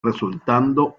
resultando